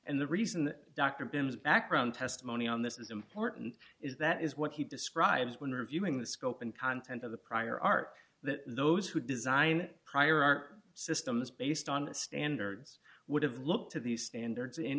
and the reason that dr binns background testimony on this is important is that is what he describes when reviewing the scope and content of the prior art that those who design prior are systems based on standards would have looked to the standards in